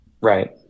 Right